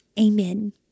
Amen